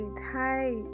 Hi